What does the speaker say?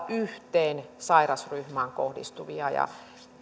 yhteen sairasryhmään kohdistuva